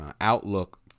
outlook